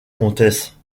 comtesse